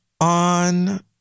on